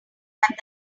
had